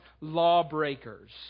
lawbreakers